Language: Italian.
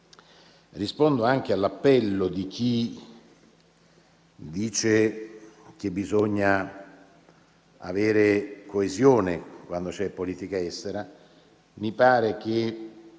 Rispondo anche all'appello di chi dice che bisogna avere coesione in politica estera. Mi pare che,